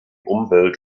umwelt